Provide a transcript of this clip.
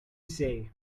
say